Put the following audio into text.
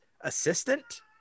assistant